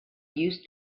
used